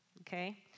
okay